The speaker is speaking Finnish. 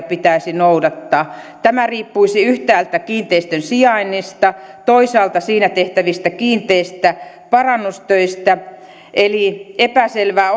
pitäisi noudattaa tämä riippuisi yhtäältä kiinteistön sijainnista toisaalta siinä tehtävistä kiinteistä parannustöistä eli epäselvää